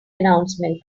announcement